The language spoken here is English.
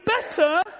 better